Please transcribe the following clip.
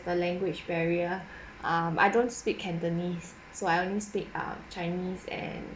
the language barrier um I don't speak cantonese so I only speak ah chinese and